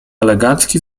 elegancki